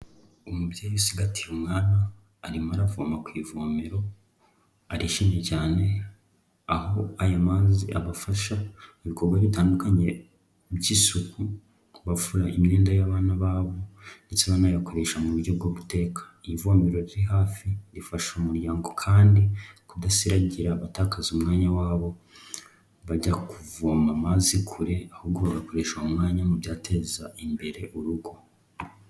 Umubyeyi usigagati umwana arimo aravoma ku ivomero arishimye cyane, aho ayo mazi abafasha mu bikorwa bitandukanye by'isuku, ku bakura imyenda y'abana babo ndetse banayakoresha mu buryo bwo guteka, ivomero riri hafi rifasha umuryango kandi kudasiragira batakaza umwanya wabo bajya kuvoma amazi kure ahubwo bakoresha uwo mwanya mu byateza imbere urugo.